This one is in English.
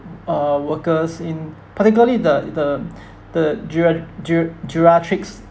uh workers in particularly the the the geria~ geria~ geriatrics